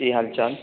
की हाल चाल